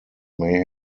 may